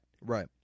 Right